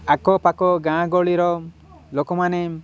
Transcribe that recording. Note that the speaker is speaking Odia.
ଆଖ ପାଖ ଗାଁ ଗହଳିର ଲୋକମାନେ